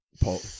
Paul